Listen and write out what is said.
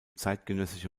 zeitgenössische